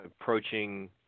approaching